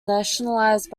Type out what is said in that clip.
nationalised